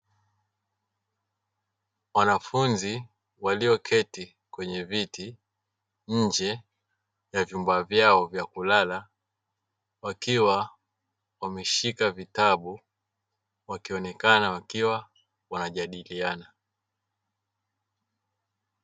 Wanafunzi walio keti kwenye viti njee ya vyumba vyao vya kulala wakiwa wameshika vitabu wakionekana wakiwa wanajadiliana.